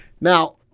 Now